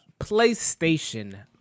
PlayStation